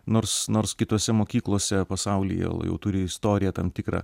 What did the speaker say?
nors nors kitose mokyklose pasaulyje jau turi istoriją tam tikrą